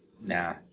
Nah